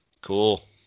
Cool